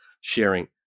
sharing